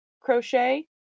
crochet